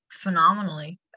phenomenally